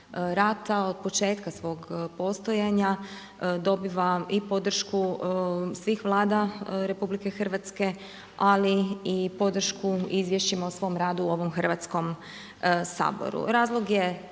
od početka svog postojanja dobiva i podršku svih Vlada RH ali i podršku u izvješćima o svom radu u ovom Hrvatskom saboru.